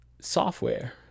software